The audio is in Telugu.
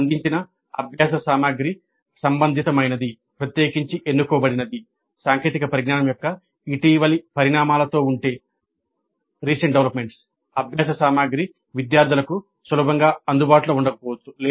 "అందించిన అభ్యాస సామగ్రి సంబంధితమైనది" ప్రత్యేకించి ఎన్నుకోబడినది సాంకేతిక పరిజ్ఞానం యొక్క ఇటీవలి పరిణామాలతో ఉంటే అభ్యాస సామగ్రి విద్యార్థులకు సులభంగా అందుబాటులో ఉండకపోవచ్చు